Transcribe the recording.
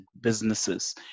businesses